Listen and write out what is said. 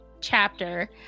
chapter